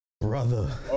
brother